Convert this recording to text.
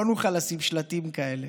לא נוכל לשים שלטים כאלה.